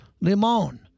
Limon